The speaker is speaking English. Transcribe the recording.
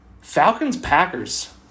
Falcons-Packers